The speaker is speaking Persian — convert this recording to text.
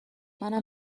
منم